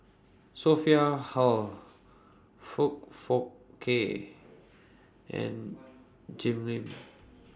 Sophia Hull Foong Fook Kay and Jim Lim